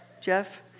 Jeff